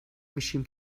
میشیم